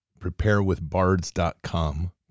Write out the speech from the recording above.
preparewithbards.com